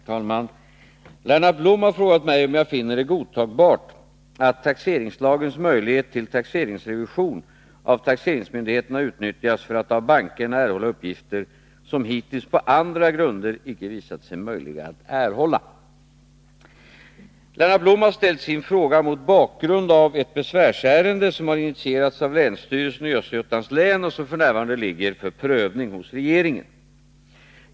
Herr talman! Lennart Blom har frågat mig om jag finner det godtagbart att taxeringslagens möjlighet till taxeringsrevision av taxeringsmyndigheterna utnyttjas för att av bankerna erhålla uppgifter som hittills på andra grunder icke visat sig möjliga att erhålla. Lennart Blom har ställt sin fråga mot bakgrund av ett besvärsärende, som har initierats av länsstyrelsen i Östergötlands län och som f. n. ligger för prövning hos regeringen.